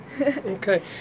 Okay